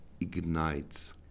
ignites